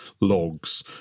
logs